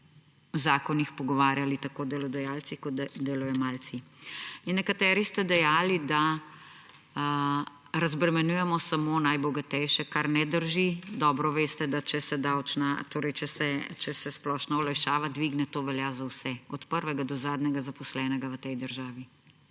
o zakonih pogovarjali tako delodajalci kot delojemalci. Nekateri ste dejali, da razbremenjujemo samo najbogatejše, kar ne drži. Dobro veste, da če se splošna olajšava dvigne, to velja za vse, od prvega do zadnjega zaposlenega v tej državi.